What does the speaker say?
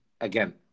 again